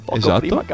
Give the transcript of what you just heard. esatto